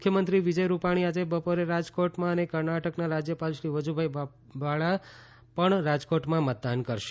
મુખ્યમંત્રી વિજય રૂપાણી આજે બપોરે રાજકોટમાં અને કર્ણાટકના રાજ્યપાલ શ્રી વજુભાઈવાળા પણ રાજકોટમાં મતદાન કરશે